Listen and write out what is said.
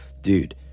dude